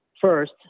First